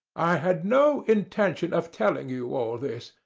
i had no intention of telling you all this,